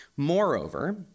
Moreover